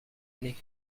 année